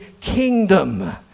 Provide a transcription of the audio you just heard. kingdom